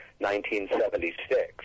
1976